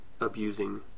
abusing